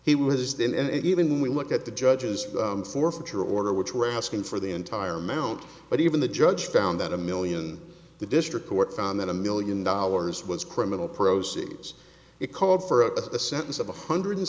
he was then and even when we look at the judge's forfeiture order which were asking for the entire amount but even the judge found that a million the district court found that a million dollars was criminal proceeds it called for a sentence of a hundred